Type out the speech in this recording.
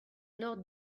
nor